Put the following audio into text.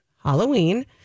Halloween